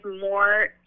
more